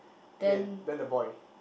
okay then the boy